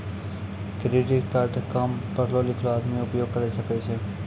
Credit card काम पढलो लिखलो आदमी उपयोग करे सकय छै?